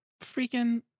freaking